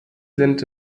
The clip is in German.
sind